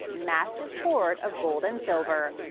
massive hoard of gold and silver.